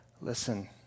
Listen